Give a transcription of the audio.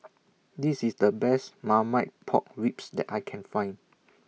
This IS The Best Marmite Pork Ribs that I Can Find